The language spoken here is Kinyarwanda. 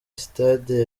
sitade